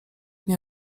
nie